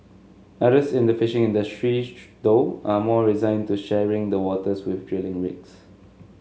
others in the fishing industry though are more resigned to sharing the waters with drilling rigs